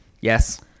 Yes